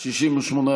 17 נתקבלו.